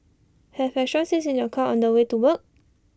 have extra seats in your car on the way to work